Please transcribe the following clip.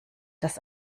das